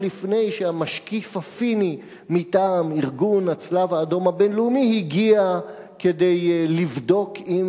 לפני שהמשקיף הפיני מטעם ארגון הצלב-האדום הבין-לאומי הגיע כדי לבדוק אם